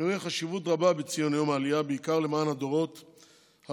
אני רואה חשיבות רבה בציון יום העלייה בעיקר למען הדורות הבאים,